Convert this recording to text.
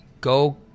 Go